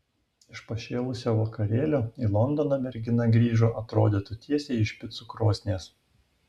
iš pašėlusio vakarėlio į londoną mergina grįžo atrodytų tiesiai iš picų krosnies